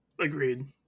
agreed